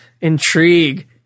Intrigue